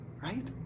Right